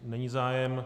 Není zájem.